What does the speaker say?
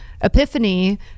epiphany